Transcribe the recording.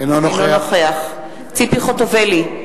אינו נוכח ציפי חוטובלי,